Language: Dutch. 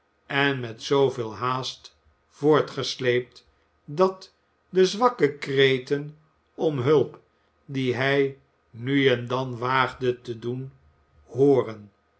en met zooveel haast voortgesleept dat de zwakke kreten om hulp die hij nu en dan waagde te doen hooren